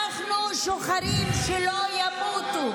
אנחנו שוחרים שלא ימותו.